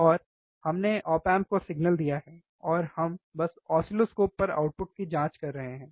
और हमने op amp को सिग्नल दिया है और हम बस ऑसिलोस्कोप पर आउटपुट की जांच कर रहे हैं